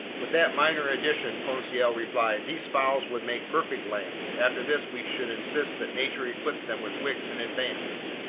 with that minor addition, conseil replied, these fowl would make perfect lamps! after this, we should insist that nature equip them with wicks in advance!